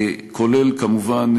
כולל כמובן